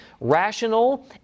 rational